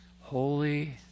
Holy